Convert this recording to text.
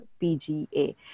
PGA